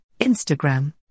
Instagram